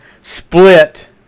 split